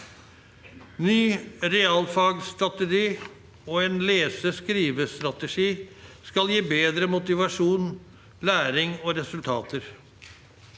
Ny realfagsstrategi og en lese- og skrivestrategi skal gi bedre motivasjon, læring og resultater.